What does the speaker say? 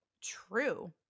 True